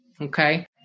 okay